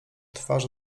twarz